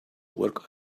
work